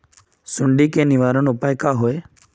सुंडी के निवारण उपाय का होए?